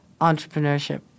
entrepreneurship